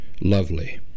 lovely